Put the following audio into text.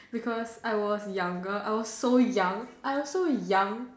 because I was younger I was so young I was so young